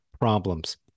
problems